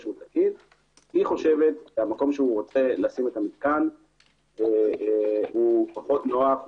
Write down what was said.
היא חושבת שהמקום שהוא רוצה לשים את המתקן הוא פחות נוח,